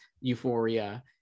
euphoria